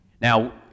Now